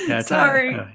Sorry